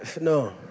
No